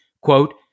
quote